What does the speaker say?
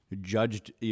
judged